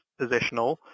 positional